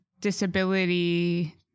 disability